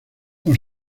por